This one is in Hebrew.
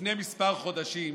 לפני כמה חודשים